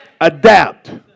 adapt